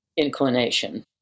Inclination